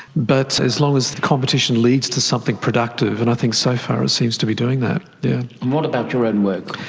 but as long as the competition leads to something productive. and i think so far it seems to be doing that. and what about your own work?